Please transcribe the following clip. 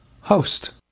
host